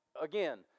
again